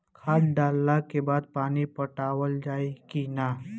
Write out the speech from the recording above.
खाद डलला के बाद पानी पाटावाल जाई कि न?